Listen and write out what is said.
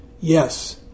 Yes